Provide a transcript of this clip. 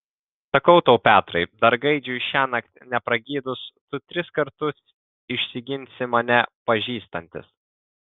sakau tau petrai dar gaidžiui šiąnakt nepragydus tu tris kartus išsiginsi mane pažįstantis